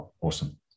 awesome